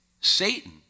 Satan